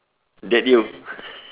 date you